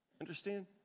understand